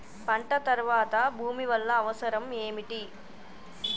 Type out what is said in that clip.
పంట తర్వాత భూమి వల్ల అవసరం ఏమిటి?